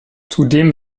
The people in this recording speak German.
zudem